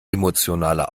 emotionale